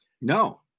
No